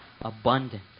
abundant